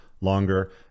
longer